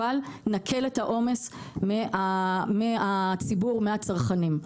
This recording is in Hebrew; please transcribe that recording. אבל נקל את העומס מציבור הצרכנים.